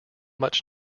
much